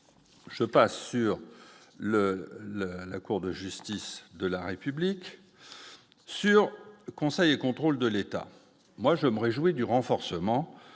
je passe sur le la, la Cour de justice de la République sur le conseil et contrôle de l'État, moi je me réjouis du renforcement